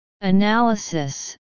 Analysis